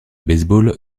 baseball